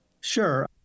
Sure